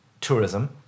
tourism